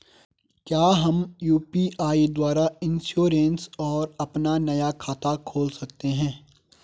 क्या हम यु.पी.आई द्वारा इन्श्योरेंस और अपना नया खाता खोल सकते हैं?